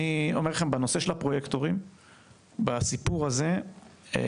אני אומר לכם בנושא של הפרויקטורים בסיפור הזה אני